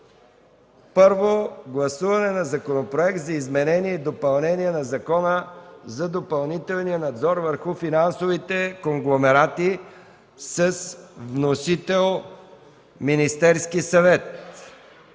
първо гласуване на Законопроекта за изменение и допълнение на Закона за допълнителния надзор върху финансовите конгломерати, внесен от Министерския съвет